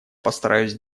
постараюсь